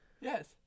Yes